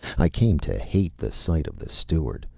i came to hate the sight of the steward,